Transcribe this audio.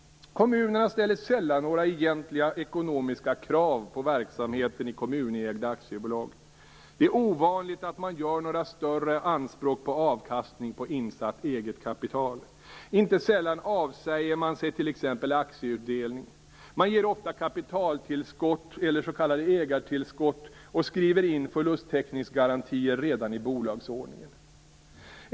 Kommunerna ställer sällan några egentliga ekonomiska krav på verksamheten i kommunägda aktiebolag. Det är ovanligt att man gör några större anspråk på avkastning på insatt eget kapital. Inte sällan avsäger man sig t.ex. aktieutdelning. Man ger ofta kapitaltillskott eller s.k. ägartillskott och skriver in förlusttäckningsgarantier redan i bolagsordningen.